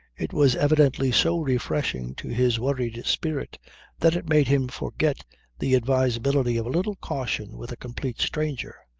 it was evidently so refreshing to his worried spirit that it made him forget the advisability of a little caution with a complete stranger.